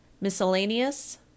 Miscellaneous